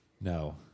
No